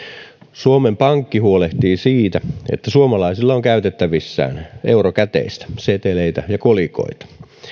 suomen pankki huolehtii siitä että suomalaisilla on käytettävissään eurokäteistä seteleitä ja kolikoita